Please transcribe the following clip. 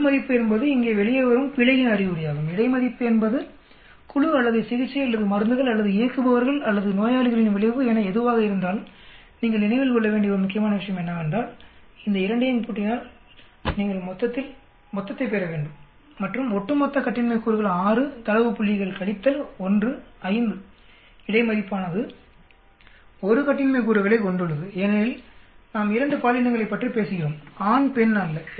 உள் மதிப்பு என்பது இங்கே வெளியே வரும் பிழையின் அறிகுறியாகும் இடை மதிப்பு என்பது குழு அல்லது சிகிச்சை அல்லது மருந்துகள் அல்லது இயக்குபவர்கள் அல்லது நோயாளிகளின் விளைவு என எதுவாக இருந்தாலும் நீங்கள் நினைவில் கொள்ள வேண்டிய ஒரு முக்கியமான விஷயம் என்னவென்றால் இந்த இரண்டையும் கூட்டினால் நீங்கள் மொத்தத்தை பெற வேண்டும் மற்றும் ஒட்டுமொத்த கட்டின்மை கூறுகள் 6 தரவு புள்ளி கழித்தல் 1 5 இடை மதிப்பானது 1 கட்டின்மை கூறுகளைக் கொண்டுள்ளது ஏனெனில் நாம் 2 பாலினங்களைப் பற்றி பேசுகிறோம் ஆண் பெண் அல்ல